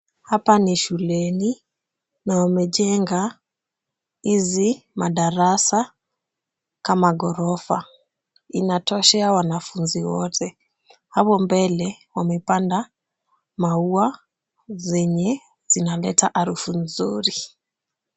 Hapa ni shuleni na wamejenga hizi madarasa kama ghorofa, inatoshea wanafunzi wote. Hapo mbele wamepanda maua zenye zinaleta harufu nzuri.